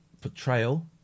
Portrayal